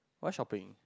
why shopping